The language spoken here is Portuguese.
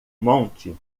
monte